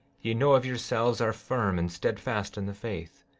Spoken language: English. ye know of yourselves are firm and steadfast in the faith,